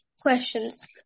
questions